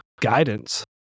guidance